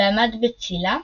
ועמד בצילה